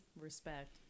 Respect